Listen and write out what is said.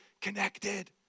connected